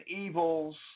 evils